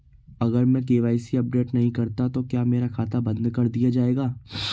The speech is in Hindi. अगर मैं के.वाई.सी अपडेट नहीं करता तो क्या मेरा खाता बंद कर दिया जाएगा?